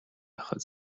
байхад